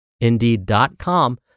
Indeed.com